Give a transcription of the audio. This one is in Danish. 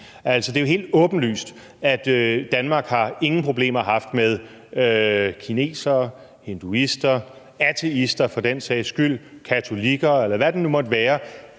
Det er jo helt åbenlyst, at Danmark ingen problemer har haft med kinesere, hinduister, ateister, for den sags skyld, katolikker, eller hvad det nu måtte være,